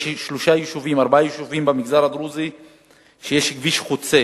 יש שלושה או ארבעה יישובים במגזר הדרוזי שיש בהם כביש חוצה.